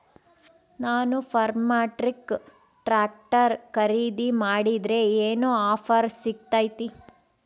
ನಾನು Farmtrac tractor ಖರೇದಿ ಮಾಡಿದ್ರೆ ಏನು ಆಫರ್ ಸಿಗ್ತೈತಿ?